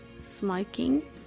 Smoking